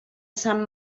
sant